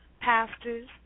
pastors